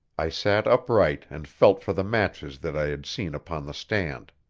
i sat upright and felt for the matches that i had seen upon the stand.